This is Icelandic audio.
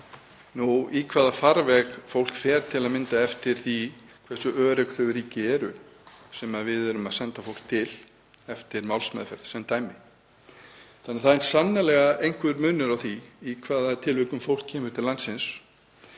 í hvaða farveg fólk fer til að mynda eftir því hversu örugg þau ríki eru sem við erum að senda fólk til eftir málsmeðferð, sem dæmi. Þannig að það er sannarlega einhver munur á tilvikum þegar fólk kemur til landsins.